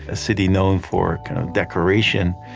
a city known for kind of decoration.